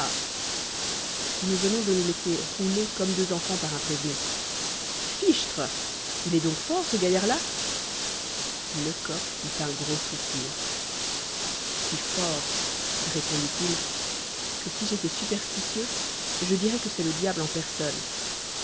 nous venons de nous laisser rouler comme deux enfants par un prévenu fichtre il est donc fort ce gaillard-là lecoq eut un gros soupir si fort répondit-il que si j'étais superstitieux je dirais que c'est le diable en personne